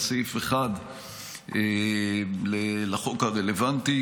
את סעיף 1 לחוק הרלוונטי,